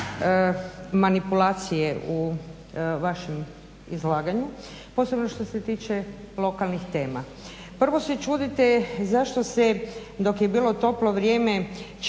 manipulacije u vašem izlaganju, posebno što se tiče lokalnih tema. Prvo se čudite zašto se dok je bilo toplo vrijeme